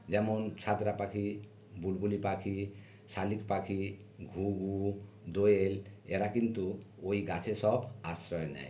যেমন ছাতারে পাখি বুলবুলি পাখি শালিক পাখি ঘুঘু দোয়েল এরা কিন্তু ওই গাছে সব আশ্রয় নেয়